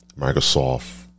Microsoft